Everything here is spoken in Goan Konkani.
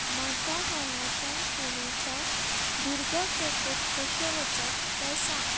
म्हाका हांगाच्यान पुणेच्या दुर्गा कॅफेंत कशें वचप तें सांग